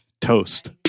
Toast